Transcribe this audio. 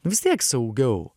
vis tiek saugiau